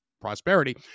prosperity